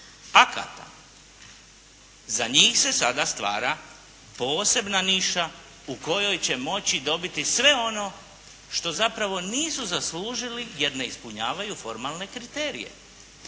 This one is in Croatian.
akata. Za njih se sada stvar posebna niša u kojoj će moći dobiti sve ono što zapravo nisu zaslužili jer ne ispunjavaju formalne kriterije.